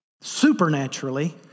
supernaturally